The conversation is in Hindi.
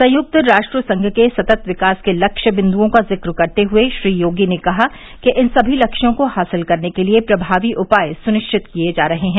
संयुक्त राष्ट्र संघ के सतत विकास के लक्ष्य बिन्द्रऑ का जिक्र करते हये श्री योगी ने कहा कि इन सभी लक्ष्यों को हासिल करने के लिए प्रभावी उपाय सुनिश्चित किए जा रहे हैं